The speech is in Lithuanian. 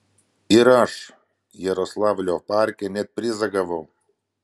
ir aš jaroslavlio parke net prizą gavau